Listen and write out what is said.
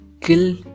kill